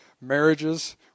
marriages